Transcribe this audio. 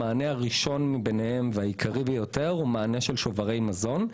המענה הראשון והעיקרי ביותר הוא מענה של שוברי מזון.